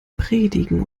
predigen